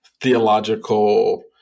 theological